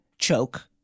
choke